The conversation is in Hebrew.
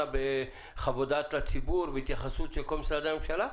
בחוות דעת לציבור והתייחסות של כל משרדי הממשלה?